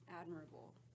admirable